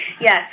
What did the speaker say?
Yes